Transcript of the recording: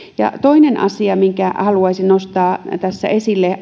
toinen asia minkä haluaisin nostaa tässä esille